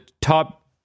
top